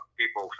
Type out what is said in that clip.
people